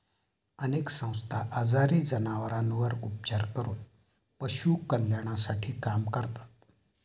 अनेक संस्था आजारी जनावरांवर उपचार करून पशु कल्याणासाठी काम करतात